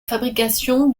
fabrication